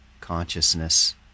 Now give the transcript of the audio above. consciousness